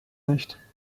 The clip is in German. nicht